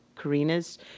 Karina's